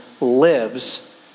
Lives